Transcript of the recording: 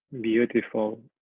Beautiful